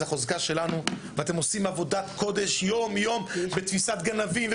החוזקה שלנו ואתם עושים עבודת קודש יום יום בתפיסת גנבים,